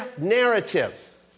narrative